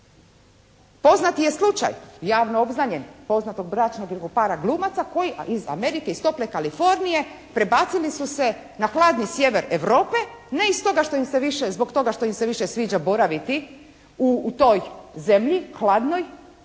Poznati je slučaj javno obznanjen poznatog bračnog … /Govornica se ne razumije./ … glumaca koji iz Amerike, iz tople Kalifornije prebacili su se na hladni sjever Europe ne iz toga što im se više, zbog toga što im se više sviđa boraviti u toj zemlji hladnoj